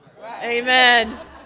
Amen